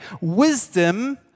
wisdom